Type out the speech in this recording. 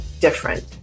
different